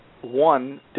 one